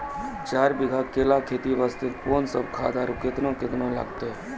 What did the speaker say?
चार बीघा केला खेती वास्ते कोंन सब खाद आरु केतना केतना लगतै?